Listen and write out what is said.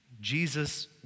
Jesus